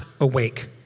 awake